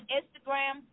Instagram